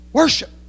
worship